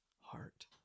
heart